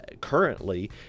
currently